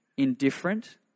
indifferent